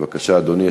בבקשה, אדוני.